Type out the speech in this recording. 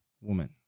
woman